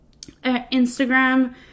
Instagram